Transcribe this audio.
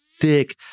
thick